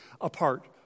apart